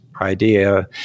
idea